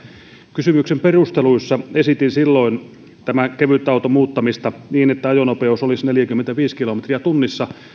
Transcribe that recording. kysymyksen perusteluissa esitin silloin tämän kevytautoksi muuttamista niin että ajonopeus olisi neljäkymmentäviisi kilometriä tunnissa